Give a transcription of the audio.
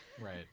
right